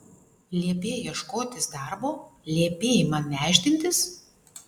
liepei ieškotis darbo liepei man nešdintis